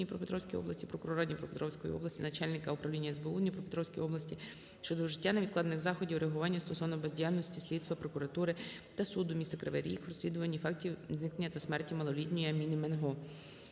Дніпропетровській області, прокурора Дніпропетровської області, начальника Управління СБУ у Дніпропетровській області щодо вжиття невідкладних заходів реагування стосовно бездіяльності органів слідства, прокуратури та суду міста Кривій Ріг в розслідуванні фактів зникнення та смерті малолітньої Аміни Менго.